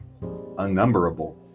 unnumberable